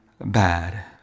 bad